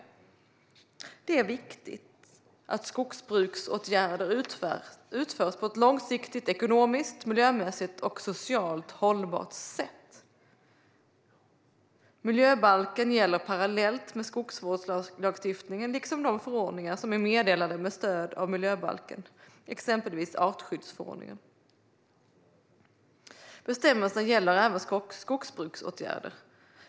Det är viktigt att skogsbruksåtgärder utförs på ett långsiktigt ekonomiskt, miljömässigt och socialt hållbart sätt. Miljöbalken gäller parallellt med skogsvårdslagstiftningen, liksom de förordningar som är meddelade med stöd av miljöbalken, exempelvis artskyddsförordningen. Bestämmelserna gäller även skogsbruksåtgärder.